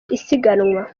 isiganwa